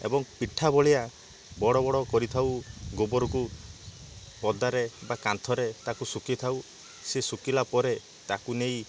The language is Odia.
ଏବଂ ପିଠା ଭଳିଆ ବଡ଼ ବଡ଼ କରିଥାଉ ଗୋବରକୁ ପଦାରେ ବା କାନ୍ଥରେ ତାକୁ ଶୁକେଇ ଥାଉ ସେ ଶୁକିଲାପରେ ତାକୁ ନେଇ